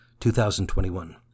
2021